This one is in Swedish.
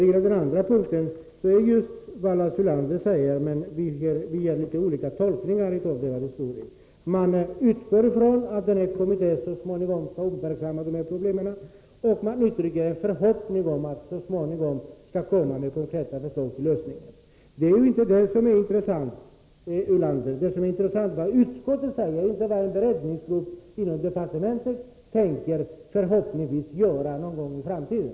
I fråga om motion 1042 gör Lars Ulander och jag litet olika tolkningar om vad som bör gälla. Utskottet utgår från att kommittén så småningom skall uppmärksamma de berörda problemen, och man uttrycker en förhoppning om att den någon gång i framtiden skall lägga fram konkreta förslag till lösningar. Men det är inte det som är intressant, Lars Ulander. Det intressanta är vad utskottet säger, inte vad en beredningsgrupp inom departementet förhoppningsvis ämnar göra någon gång i framtiden.